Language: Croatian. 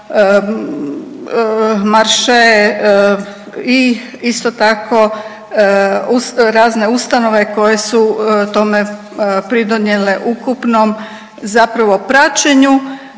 Marše i isto tako razne ustanove koje su tome pridonijele u ukupnom zapravo praćenju,